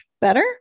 better